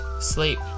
sleep